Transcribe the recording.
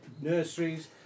nurseries